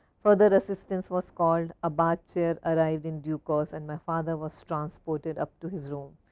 further assistance was called a batcher arrived in glucose and my father was transported up to his room.